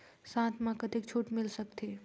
साथ म कतेक छूट मिल सकथे?